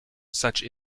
such